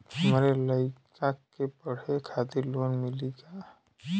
हमरे लयिका के पढ़े खातिर लोन मिलि का?